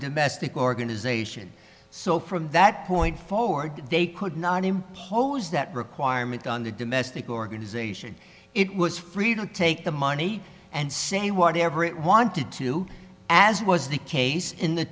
domestic organization so from that point forward they could not impose that requirement on the domestic organisation it was free to take the money and say whatever it wanted to as was the case in the